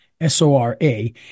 S-O-R-A